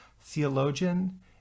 theologian